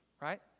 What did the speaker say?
right